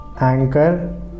anchor